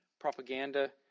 propaganda